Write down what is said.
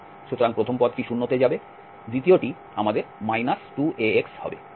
সুতরাং প্রথম পদটি 0 তে যাবে দ্বিতীয়টি আমাদের 2ax হবে